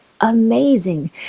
amazing